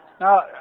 Now